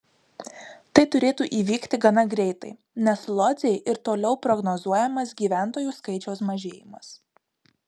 tai turėtų įvykti gana greitai nes lodzei ir toliau prognozuojamas gyventojų skaičiaus mažėjimas